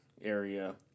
area